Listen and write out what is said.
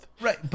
right